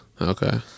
Okay